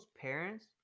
parents